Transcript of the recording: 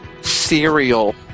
cereal